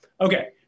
Okay